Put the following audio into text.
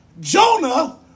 Jonah